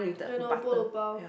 I know Polo-bao